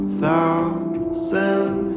thousand